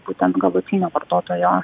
būtent galutinio vartotojo